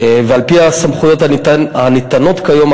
על-פי הסמכויות הניתנות כיום,